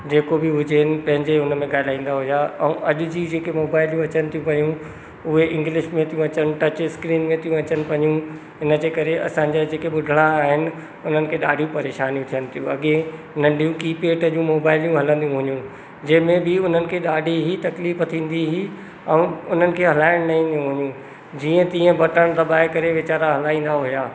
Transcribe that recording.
जेको बि हुजनि पंहिंजे हुनमें ॻाल्हाईंदा हुया ऐं अॼु जी जेके मोबाइलियूं अचनि थियूं पयूं उहे इंग्लिश में थियूं अचनि टच स्क्रीनियूं थी अचनि पियुनि हिनजे करे असांजा जेके बुढणा आहिनि हुननि खे ॾाढी परेशानियूं थियनि थियूं बाक़ी नंढियूं किपैट जूं मोबाइलियूं हलंदी हूंदियूं जंहिंमें बि हुननि खे ॾाढी ई तकलीफ़ थींदी ही ऐं उन्हनि खे हलाइनि न ई न ईंदी जीअं तीअं बटण दबाए करे वेचारा हलाईंदा हुया